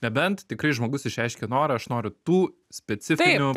nebent tikrai žmogus išreiškė norą aš noriu tų specifinių